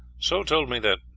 soh told me that,